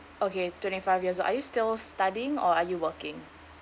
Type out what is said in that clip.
okay twenty five years old are you still studying or are you working